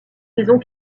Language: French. saisons